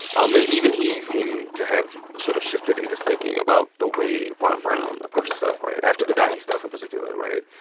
um and even he seemed to have sort of shifted in his thinking about the way ron brown approaches stuff right? after the dahi stuff in particular right?